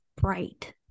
Bright